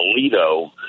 Alito